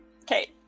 Okay